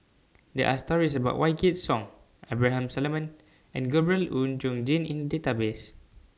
There Are stories about Wykidd Song Abraham Solomon and Gabriel Oon Chong Jin in The Database